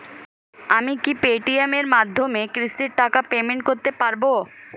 আমি কি Paytm এর মাধ্যমে কিস্তির টাকা পেমেন্ট করতে পারব?